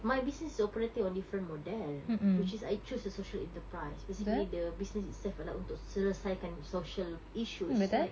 my business is operating on different model which is I choose a social enterprise basically the business itself adalah untuk selesaikan social issues like